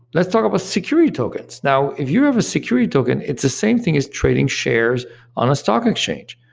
let's talk about security tokens. now if you have a security token, it's the same thing as trading shares on a stock exchange.